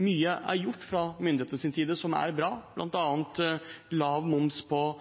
Mye bra er gjort fra myndighetenes side, bl.a. lav moms på